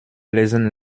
lesen